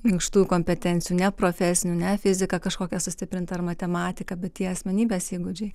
minkštųjų kompetencijų ne profesinių ne fizika kažkokia sustiprinta ar matematika bet tie asmenybės įgūdžiai